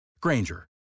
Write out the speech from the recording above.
Granger